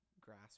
grasp